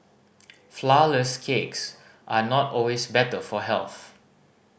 flourless cakes are not always better for health